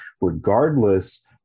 regardless